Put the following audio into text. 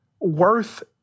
worth